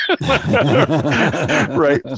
Right